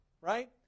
Right